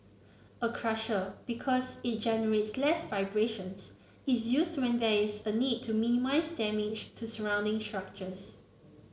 a crusher because it generates less vibrations is used when there is a need to minimise damage to surrounding structures